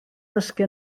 dysgu